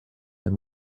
and